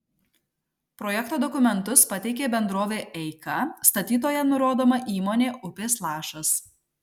projekto dokumentus pateikė bendrovė eika statytoja nurodoma įmonė upės lašas